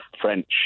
French